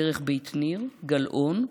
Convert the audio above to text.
דרך בית ניר, גלאון,